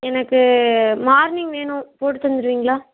எனக்கு மார்னிங் வேணும் போட்டு தந்துடுவீங்களா